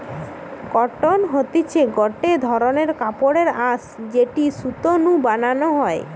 cotton হতিছে গটে ধরণের কাপড়ের আঁশ যেটি সুতো নু বানানো হয়